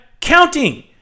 counting